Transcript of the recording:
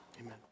Amen